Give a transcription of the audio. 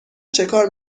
چکار